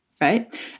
right